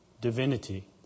divinity